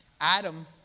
Adam